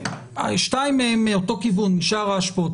שתיים מהן מאותו כיוון, משער האשפות.